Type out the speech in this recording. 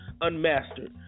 Unmastered